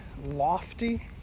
lofty